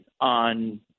on